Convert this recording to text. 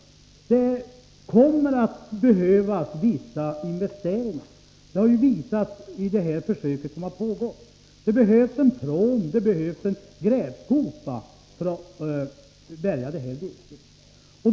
Det kommer att behövas vissa investeringar. Det har visat sig i de försök som har gjorts. Det behövs en pråm, och det behövs en grävskopa för att bärga sjunkvirket.